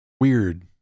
weird